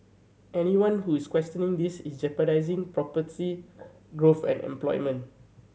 anyone who is questioning this is jeopardising prosperity growth and employment